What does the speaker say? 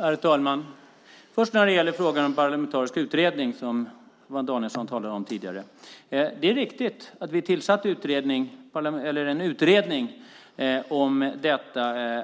Herr talman! Jag börjar med frågan om parlamentarisk utredning som Staffan Danielsson talade om tidigare. Det är riktigt att vi tillsatte en utredning om